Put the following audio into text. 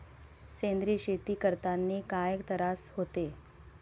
सेंद्रिय शेती करतांनी काय तरास होते?